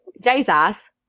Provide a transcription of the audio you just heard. Jesus